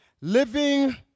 Living